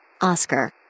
Oscar